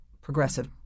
progressive